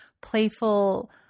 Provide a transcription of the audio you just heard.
playful